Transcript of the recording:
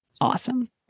awesome